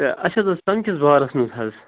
ہَے اَسہِ حظ اوس ژَمہِ کِس بارَس منٛز حظ